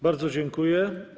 Bardzo dziękuję.